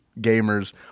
gamers